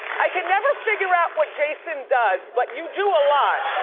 i can never figure out what jason does but you do a lot.